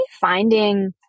finding